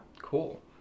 cool